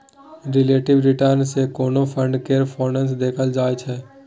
relative return सँ कोनो fund केर परफॉर्मेस देखल जाइ छै